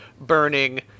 burning